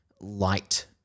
light